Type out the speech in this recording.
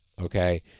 okay